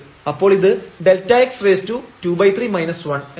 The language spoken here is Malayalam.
അപ്പോൾ ഇത് Δx23 എന്നാവും